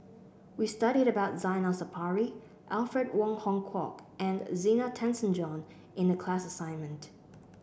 we studied about Zainal Sapari Alfred Wong Hong Kwok and Zena Tessensohn in the class assignment